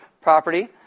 property